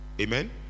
Amen